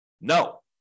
No